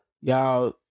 Y'all